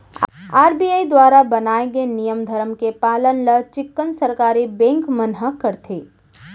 RBI दुवारा बनाए गे नियम धरम के पालन ल चिक्कन सरकारी बेंक मन ह करथे